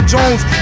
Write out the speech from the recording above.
Jones